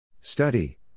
study